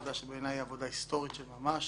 לעבודה שנעשתה, ובעיניי זו עבודה היסטורית של ממש